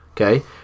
Okay